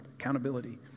accountability